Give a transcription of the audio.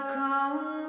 come